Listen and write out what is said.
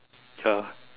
ya